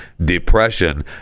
depression